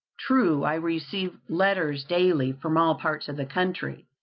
true, i receive letters daily from all parts of the country,